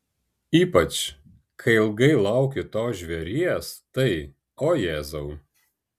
ypač kai ilgai lauki to žvėries tai o jėzau